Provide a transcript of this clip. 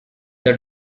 the